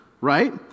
right